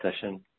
session